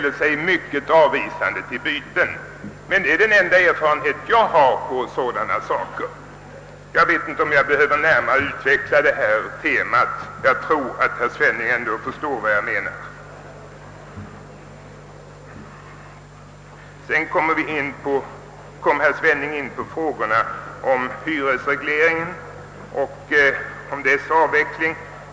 Det är emellertid den enda erfarenhet jag har av att fastighetsägarna härvidlag ställer sig avvisande. — Jag vet inte om jag behöver närmare utveckla detta tema; jag tror att herr Svenning ändå förstår vad jag menar. Sedan kom herr Svenning in på frågan om hyresregleringen och dess avveckling.